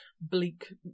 bleak